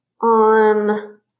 on